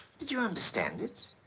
did you understand it?